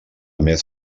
més